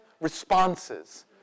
responses